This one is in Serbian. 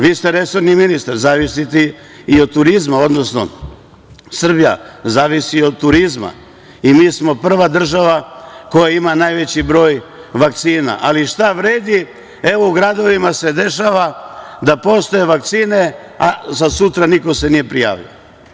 Vi ste resorni ministar, zavisite i od turizma, odnosno Srbija zavisi od turizma i mi smo prva država koja ima najveći broj vakcina, ali šta vredi, evo, u gradovima se dešava da postoje vakcine, a za sutra se niko nije prijavio?